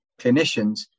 clinicians